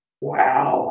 Wow